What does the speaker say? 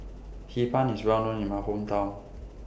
Hee Pan IS Well known in My Hometown